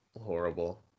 Horrible